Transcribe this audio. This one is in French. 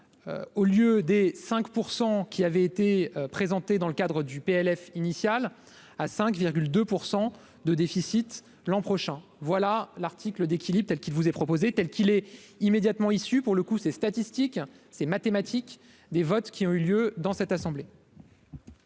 au lieu des 5 % qui avait été présenté dans le cadre du PLF initial à 5,2 pour 100 de déficit l'an prochain, voilà l'article d'équilibre telle qui vous est proposé, telle qu'il est immédiatement issue pour le coup c'est statistiques c'est mathématique des votes qui ont eu lieu dans cette assemblée.